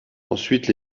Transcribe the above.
ensuite